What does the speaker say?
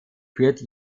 führt